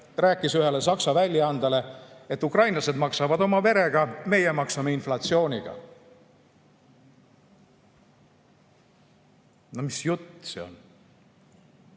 rääkis ühele Saksa väljaandele, et ukrainlased maksavad oma verega, meie maksame inflatsiooniga. No mis jutt see on?!